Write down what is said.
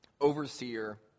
overseer